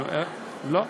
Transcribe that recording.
לא,